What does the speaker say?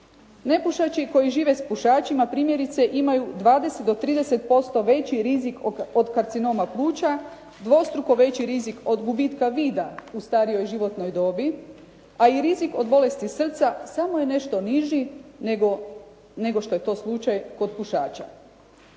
Nepušači koji žive s pušačima primjerice imaju 20 do 30% veći rizik od karcinoma pluća, dvostruko veći rizik od gubitka vida u starijoj životnoj dobi, a i rizik od bolesti srca samo je nešto niži nego što je to slučaj kod pušača.